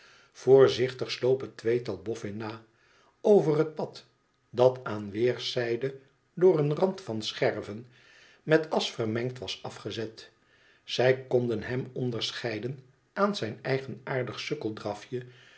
voorzichtig sloop het tweetal boffln na over het pad dat aan weerszijde door een rand van scherven met asch vermengd was afgezet zij konden hem onderscheiden aan zijn